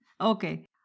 Okay